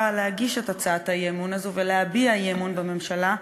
להגיש את הצעת האי-אמון הזו ולהביע אי-אמון בממשלה,